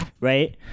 right